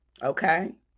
Okay